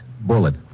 bullet